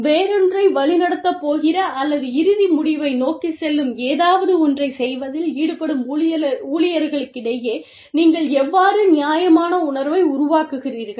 வேறொன்றை வழிநடத்தப் போகிற அல்லது இறுதி முடிவை நோக்கிச் செல்லும் ஏதாவது ஒன்றைச் செய்வதில் ஈடுபடும் ஊழியர்களிடையே நீங்கள் எவ்வாறு நியாயமான உணர்வை உருவாக்குகிறீர்கள்